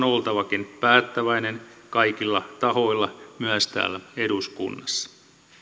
oltava päättäväinen kaikilla tahoilla myös täällä eduskunnassa